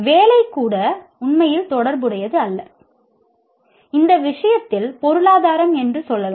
வேலை கூட உண்மையில் தொடர்புடையது அல்லஇந்த விஷயத்தில் பொருளாதாரம் என்று சொல்லலாம்